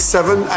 Seven